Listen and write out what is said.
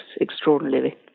extraordinarily